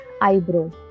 eyebrow